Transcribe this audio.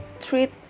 Treat